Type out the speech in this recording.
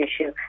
issue